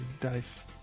dice